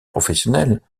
professionnels